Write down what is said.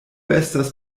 estas